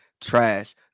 trash